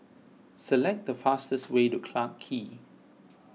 select the fastest way to Clarke Quay